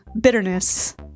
bitterness